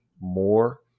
more